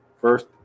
first